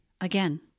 again